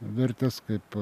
vertes kaip